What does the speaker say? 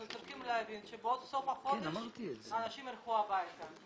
אנחנו צריכים להבין שבסוף החודש אנשים ילכו הביתה.